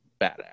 badass